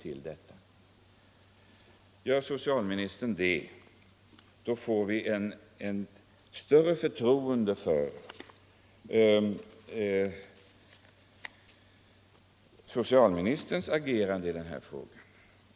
Är socialministern villig att medverka till sådan hjälp får vi ett större förtroende för socialministerns agerande i denna fråga.